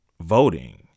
voting